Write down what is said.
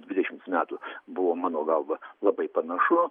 dvidešimts metų buvo mano galva labai panašu